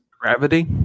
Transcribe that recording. Gravity